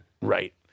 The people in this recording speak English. Right